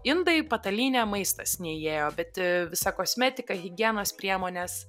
indai patalynė maistas neįėjo bet visa kosmetika higienos priemonės